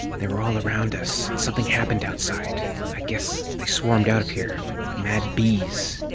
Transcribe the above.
they were all around us, and something happened outside, i guess they swarmed out of here and like mad bees,